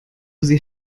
sie